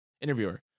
interviewer